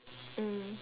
mm